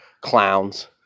clowns